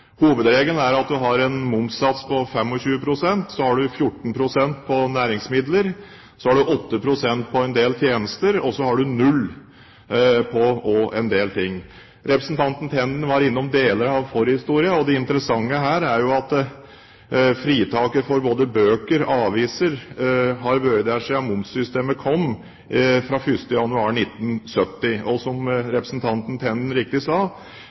Hovedregelen er at en har en momssats på 25 pst., så har en 14 pst. på næringsmidler, så har en 8 pst. på en del tjenester, og så har en null også på en del ting. Representanten Tenden var innom deler av forhistorien, og det interessante her er at fritaket for både bøker og aviser har vært der siden momssystemet kom, fra 1. januar 1970. Og, som representanten Tenden riktig sa,